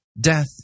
Death